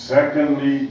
Secondly